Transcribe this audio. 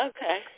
Okay